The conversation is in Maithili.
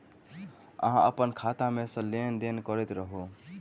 अहाँ अप्पन खाता मे सँ लेन देन करैत रहू?